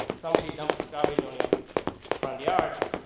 somebody you don't stop me and o'neil front yard.